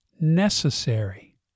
necessary